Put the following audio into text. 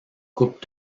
coupe